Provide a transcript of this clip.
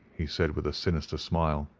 he said with a sinister smile.